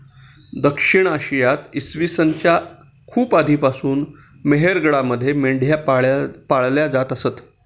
दक्षिण आशियात इसवी सन च्या खूप आधीपासून मेहरगडमध्ये मेंढ्या पाळल्या जात असत